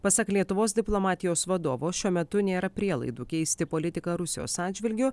pasak lietuvos diplomatijos vadovo šiuo metu nėra prielaidų keisti politiką rusijos atžvilgiu